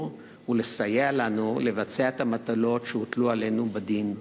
ולסייע לנו לבצע את המטלות שהוטלו עלינו בדין,